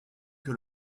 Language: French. que